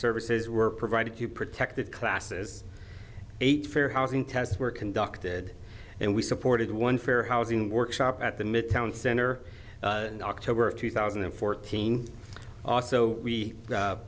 services were provided to protected classes eight fair housing tests were conducted and we supported one fair housing workshop at the midtown center in october of two thousand and fourteen also we